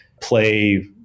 play